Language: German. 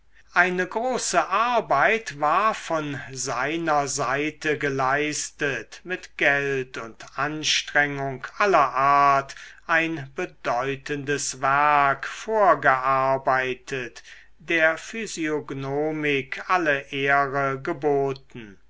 eine große arbeit war von seiner seite geleistet mit geld und anstrengung aller art ein bedeutendes werk vorgearbeitet der physiognomik alle ehre geboten